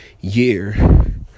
year